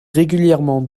régulièrement